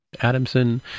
Adamson